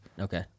Okay